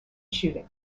shooting